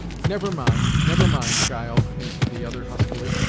never mind never mind, child, answered the other huskily,